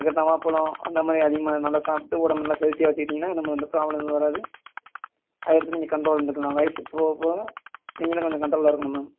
அதுக்கடுத்து நவாப்பழம் அந்தமாதிரி அதிகமாக நல்லா சாப்பிட்டு உடம்ப நல்லா ஹெல்த்தியா வைச்சிக்கிட்டிங்கன்னா இனிமேல் இந்த ப்ராப்ளங்கள் வராது அதுக்கு நீங்கள் கண்ட்ரோலாக இருந்துக்கணும் வயது போக போக நீங்களும் கொஞ்சம் கண்ட்ரோலாக இருக்கணும் மேம்